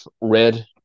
red